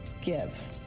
Give